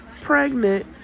pregnant